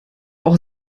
auch